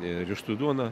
riešutų duona